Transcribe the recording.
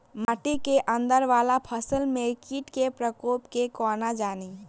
माटि केँ अंदर वला फसल मे कीट केँ प्रकोप केँ कोना जानि?